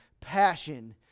passion